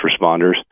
responders